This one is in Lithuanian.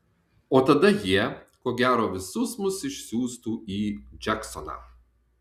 o tada jie ko gero visus mus išsiųstų į džeksoną